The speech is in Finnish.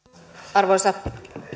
arvoisa